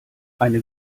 eine